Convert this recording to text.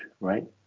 right